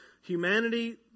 humanity